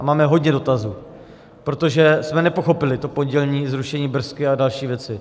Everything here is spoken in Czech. A máme hodně dotazů, protože jsme nepochopili to pondělní zrušení BRS a další věci.